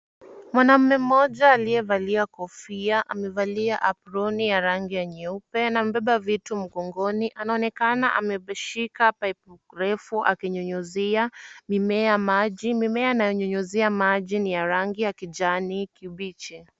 Mwanamume mmoja aliyevalia kofia, amevalia aproni ya rangi ya nyeupe na amebeba vitu mgongoni, anaonekana ameshika paipu refu akinyunyuzia mimea maji, mimea anayonyunyuzia maji ni ya rangi ya kijani kibichi.